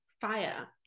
fire